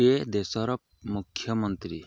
ଏ ଦେଶର ମୁଖ୍ୟମନ୍ତ୍ରୀ